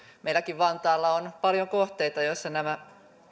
meilläkin vantaalla on paljon kohteita joissa nämä